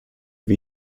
wir